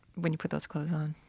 when you put those clothes on?